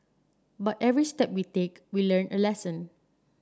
but every step we take we learn a lesson